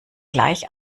gleich